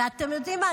ואתם יודעים מה?